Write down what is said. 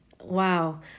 Wow